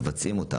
מבצעים.